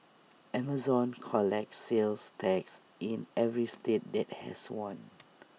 Amazon collects sales tax in every state that has one